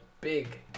big